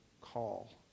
call